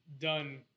done